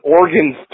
organs